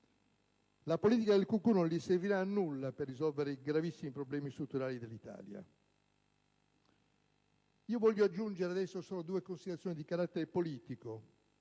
La politica del cucù non gli servirà a nulla per risolvere i gravissimi problemi strutturali dell'Italia. Aggiungo solo due considerazioni di carattere politico